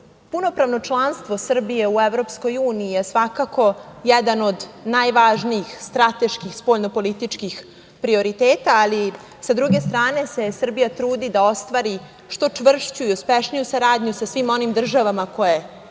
odnosima. Punopravno članstvo Srbije u Evropskoj uniji svakako je jedan od najvažnijih strateških spoljnopolitičkih prioriteta, ali i sa druge strane se Srbija trudi da ostvari što čvršću i uspešniju saradnju sa svim onim državama koje,